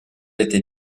été